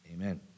Amen